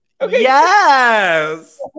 Yes